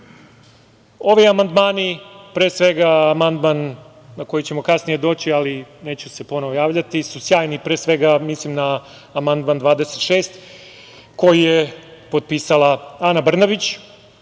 ovi amandmani, pre svega amandman na koji ćemo kasnije doći, ali neću se ponovo javljati, su sjajni, a pre svega mislim na amandman 26. koji je potpisala Ana Brnabić. Inače,